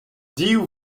div